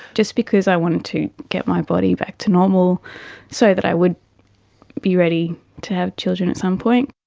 just because i wanted to get my body back to normal so that i would be ready to have children at some point,